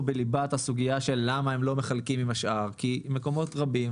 בליבת הסוגיה של למה הם לא מחלקים עם השאר כי מקומות רבים